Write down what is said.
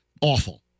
awful